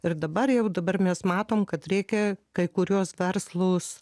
ir dabar jau dabar mes matom kad reikia kai kuriuos verslus